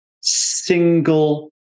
single